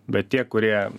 bet tie kurie